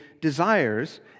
desires